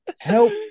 help